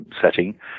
setting